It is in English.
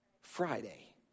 Friday